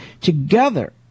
together